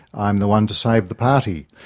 i am the one to save the party'?